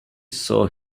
saw